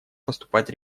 поступать